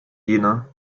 jena